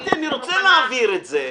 אמרתי שאני רוצה להעביר את זה.